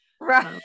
Right